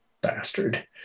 bastard